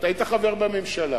אתה היית חבר בממשלה,